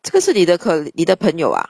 这个是你的你的朋友啊